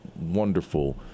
wonderful